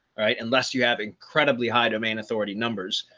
right? unless you have incredibly high domain authority numbers,